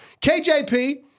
KJP